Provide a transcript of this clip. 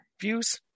views